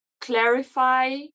clarify